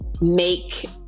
make